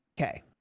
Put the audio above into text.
Okay